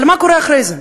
אבל מה קורה אחרי זה?